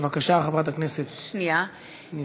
בבקשה, חברת הכנסת ניבין.